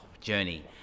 journey